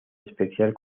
especial